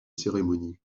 cérémonies